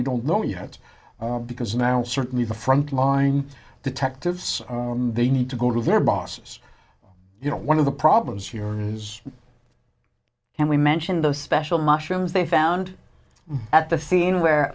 we don't know yet because now certainly the frontline detectives they need to go to their bosses you know one of the problems here is and we mention those special mushrooms they found at the scene where